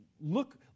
look